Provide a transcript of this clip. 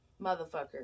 Motherfucker